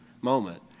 moment